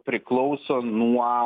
priklauso nuo